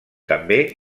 també